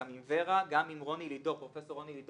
גם עם ור"ה,